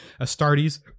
Astartes